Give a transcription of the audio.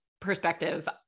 perspective